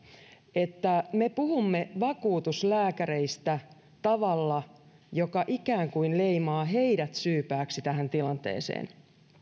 että tässä keskustelussa me puhumme vakuutuslääkäreistä tavalla joka ikään kuin leimaa heidät syypääksi tähän tilanteeseen